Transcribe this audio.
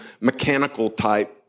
mechanical-type